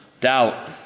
Doubt